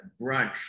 brunch